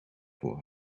voor